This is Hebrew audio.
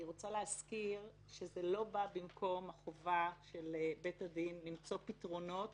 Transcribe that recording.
אני רוצה להזכיר שזה לא בא במקום החובה של בית הדין למצוא פתרונות